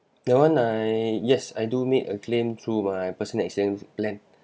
that one I yes I do make a claim through my personal accident plan